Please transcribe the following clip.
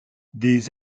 des